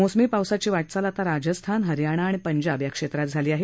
मोसमी पावसाची वाटचाल आता राजस्थान हरयाणा आणि पंजाब या क्षेत्रात झाली आहे